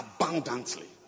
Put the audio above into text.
abundantly